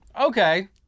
Okay